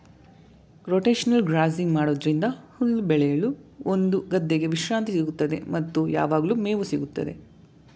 rotational grazing ಮಾಡೋದ್ರಿಂದ ಹುಲ್ಲು ಬೆಳೆಯಲು ಒಂದು ಗದ್ದೆಗೆ ವಿಶ್ರಾಂತಿ ಸಿಗುತ್ತದೆ ಮತ್ತು ಯಾವಗ್ಲು ಮೇವು ಸಿಗುತ್ತದೆ